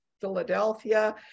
Philadelphia